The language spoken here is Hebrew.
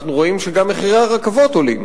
אנחנו רואים שגם מחירי הנסיעה ברכבות עולים.